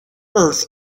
earth